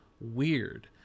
weird